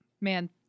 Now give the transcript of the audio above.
man